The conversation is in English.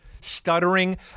Stuttering